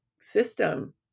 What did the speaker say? system